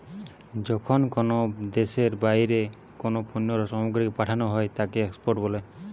যখন কোনো দ্যাশের বাহিরে কোনো পণ্য সামগ্রীকে পাঠানো হই তাকে এক্সপোর্ট বলে